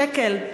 שקל.